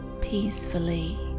peacefully